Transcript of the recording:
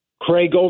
Craig